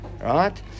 Right